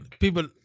People